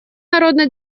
народно